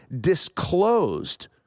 disclosed